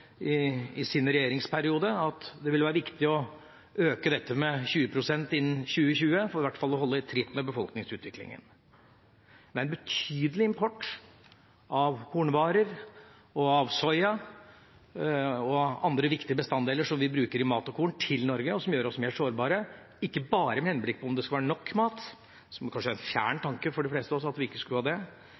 sa i sin regjeringsperiode at det ville være viktig å øke dette med 20 pst. innen 2020, for i hvert fall å holde tritt med befolkningsutviklingen. Det er en betydelig import av kornvarer, av soya og av andre viktige bestanddeler som vi bruker i mat og korn, til Norge og som gjør oss mer sårbare. Ikke bare med henblikk på om det er nok mat – at vi ikke skulle ha det, er kanskje en fjern tanke for de fleste av oss – men at den maten vi